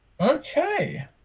Okay